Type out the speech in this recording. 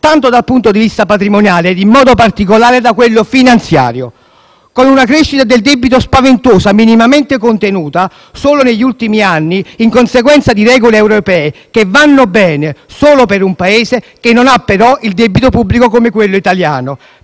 dal punto di vista patrimoniale e in modo particolare da quello finanziario, con una crescita del debito spaventosa, minimamente contenuta solo negli ultimi anni, in conseguenza di regole europee che vanno bene solo per un Paese che non ha però un debito pubblico come quello italiano.